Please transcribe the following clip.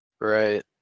Right